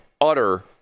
utter